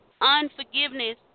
Unforgiveness